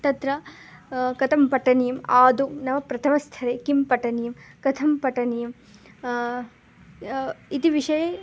तत्र कथं पठनीयं आदौ नाम प्रथमस्थरे किं पठनीयं कथं पठनीयम् इति विषये